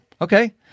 okay